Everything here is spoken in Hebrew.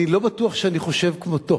אני לא בטוח שאני חושב כמותו.